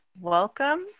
welcome